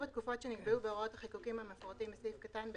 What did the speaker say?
התקופות שנקבעו בהוראות החיקוקים המפורטים בסעיף קטן (ב)